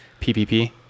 PPP